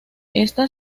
esta